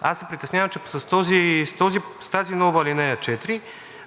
Аз се притеснявам, че с тази нова ал. 4,